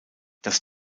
dass